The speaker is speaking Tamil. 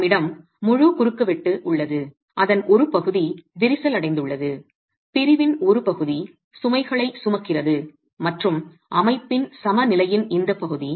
நம்மிடம் முழு குறுக்குவெட்டு உள்ளது அதன் ஒரு பகுதி விரிசல் அடைந்துள்ளது பிரிவின் ஒரு பகுதி சுமைகளை சுமக்கிறது மற்றும் அமைப்பின் சமநிலையின் இந்த பகுதி